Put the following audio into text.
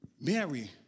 Mary